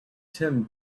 tim